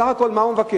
בסך הכול, מה הוא מבקש?